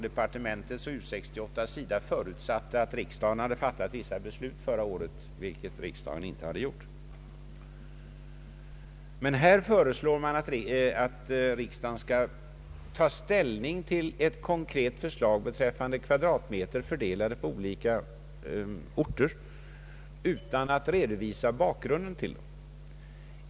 Departementet och U 68 förutsatte ju att riksdagen hade fattat vissa beslut förra året, vilket riksdagen inte hade gjort. Men här föreslås att riksdagen skall ta ställning till ett konkret förslag beträffande kvadratmeter, fördelade på olika orter, utan att bakgrunden redovisas.